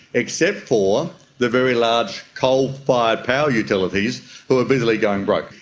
except for the very large coal-fired power utilities who are busily going broke.